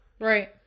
Right